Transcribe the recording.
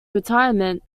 retirement